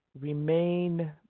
remain